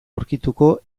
aurkituko